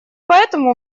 поэтому